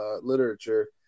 literature